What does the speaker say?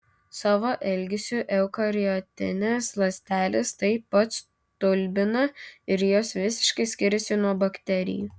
savo elgesiu eukariotinės ląstelės taip pat stulbina ir jos visiškai skiriasi nuo bakterijų